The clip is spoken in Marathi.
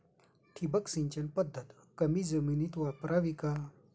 ठिबक सिंचन पद्धत कमी जमिनीत वापरावी का?